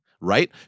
right